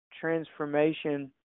transformation